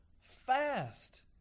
fast